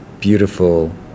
beautiful